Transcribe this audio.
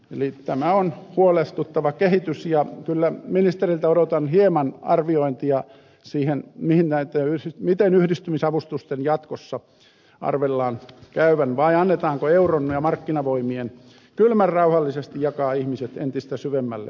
eli tämä on huolestuttava kehitys ja kyllä ministeriltä odotan hieman arviointia siitä miten yhdistymisavustusten jatkossa arvellaan käyvän annetaanko euron ja markkinavoimien kylmän rauhallisesti jakaa ihmiset entistä syvemmälle